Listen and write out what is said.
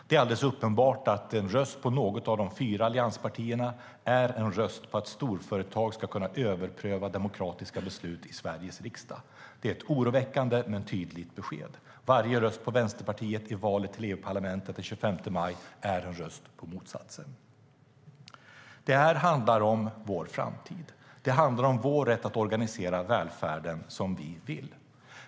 Det är alldeles uppenbart att en röst på något av de fyra allianspartierna är en röst på att storföretag ska kunna överpröva demokratiska beslut i Sveriges riksdag. Det är ett oroväckande men tydligt besked. Varje röst på Vänsterpartiet i valet till EU-parlamentet den 25 maj är en röst på motsatsen. Det handlar om vår framtid. Det handlar om vår rätt att organisera välfärden som vi vill.